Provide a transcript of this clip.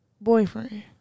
boyfriend